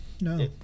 no